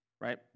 right